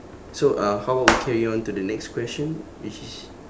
so uh how about we carry on to the next question which is